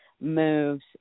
moves